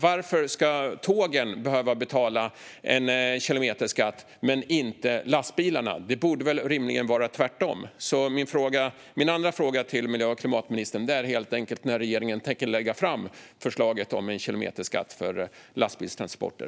Varför ska tågen behöva betala en kilometerskatt och inte lastbilarna? Det borde rimligen vara tvärtom. Min andra fråga till miljö och klimatministern är därför helt enkelt när regeringen tänker lägga fram förslaget om en kilometerskatt för lastbilstransporter.